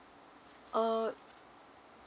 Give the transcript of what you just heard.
uh